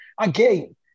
again